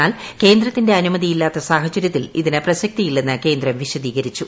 എന്നാൽ ക്യേറ്ട്ടത്തിന്റെ അനുമതിയില്ലത്ത സാഹചര്യത്തിൽ ഇതിന് പ്ലിസ്ക്തിയില്ലെന്ന് കേന്ദ്രം വിശദീകരിച്ചു